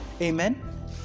Amen